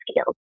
skills